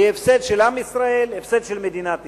יהיה הפסד של עם ישראל, הפסד של מדינת ישראל.